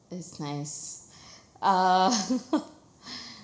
it's nice uh